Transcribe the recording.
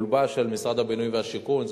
והוא הולבש על משרד הבינוי והשיכון.